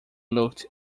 looked